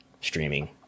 streaming